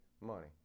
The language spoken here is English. money